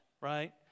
right